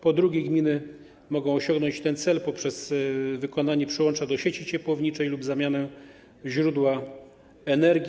Po drugie, gminy mogą osiągnąć ten cel poprzez wykonanie przyłącza do sieci ciepłowniczej lub zamianę źródła energii.